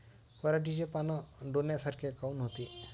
पराटीचे पानं डोन्यासारखे काऊन होते?